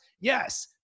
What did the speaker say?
Yes